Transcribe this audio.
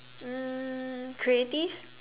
um creative